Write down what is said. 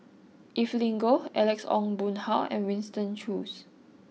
Evelyn Goh Alex Ong Boon Hau and Winston Choos